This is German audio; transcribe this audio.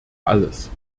alles